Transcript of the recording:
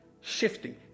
shifting